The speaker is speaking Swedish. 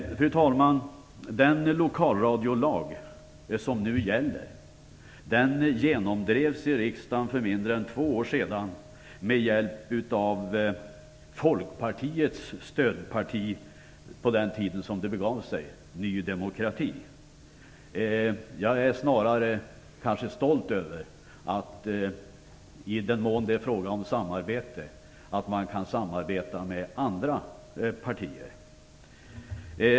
Fru talman! Den lokalradiolag som nu gäller genomdrevs i riksdagen för mindre än två år sedan med hjälp av Folkpartiets stödparti på den tiden - Ny demokrati. Jag är snarare stolt över att man kan samarbeta med andra partier i den mån det är fråga om samarbete.